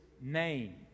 name